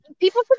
people